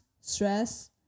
stress